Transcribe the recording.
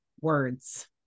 words